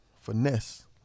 Finesse